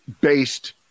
based